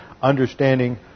understanding